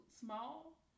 small